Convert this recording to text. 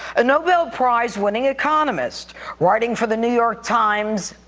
a nobel prize winning economist writing for the new york times.